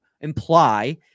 imply